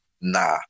nah